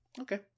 Okay